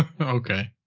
Okay